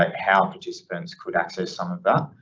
like how participants could access some of that. ah,